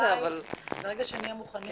ברגע שנהיה מוכנים,